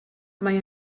mae